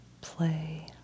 play